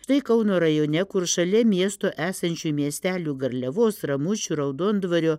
štai kauno rajone kur šalia miesto esančių miestelių garliavos ramučių raudondvario